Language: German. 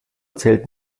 zählt